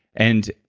and,